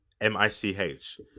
M-I-C-H